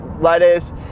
lettuce